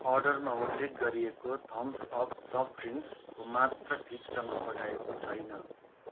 अर्डरमा उल्लेख गरिएको थम्स अप सफ्ट ड्रिङ्कसको मात्रा ठिकसँग पठाइएको छैन